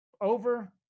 over